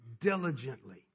diligently